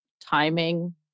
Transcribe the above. timing